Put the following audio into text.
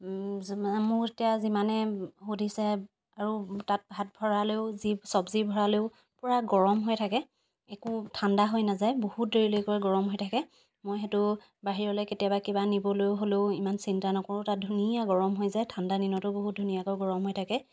মোৰ এতিয়া যিমানে সুধিছে আৰু তাত ভাত ভৰালেও যি চবজি ভৰালেও পূৰা গৰম হৈ থাকে একো ঠাণ্ডা হৈ নেযায় বহুত দেৰিলৈকে গৰম হৈ থাকে মই সেইটো বাহিৰলৈ কেতিয়াবা কিবা নিবলৈও হ'লেও ইমান চিন্তা নকৰোঁ তাত ধুনীয়া গৰম হৈ যায় ঠাণ্ডা দিনতো বহুত ধুনীয়াকৈ গৰম হৈ থাকে